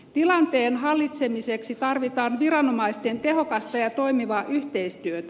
tilanteen hallitsemiseksi tarvitaan viranomaisten tehokasta ja toimivaa yhteistyötä